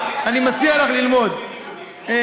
הזה?